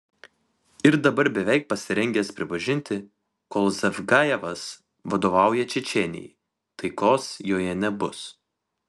ir dabar beveik pasirengęs pripažinti kol zavgajevas vadovauja čečėnijai taikos joje nebus